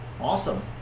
awesome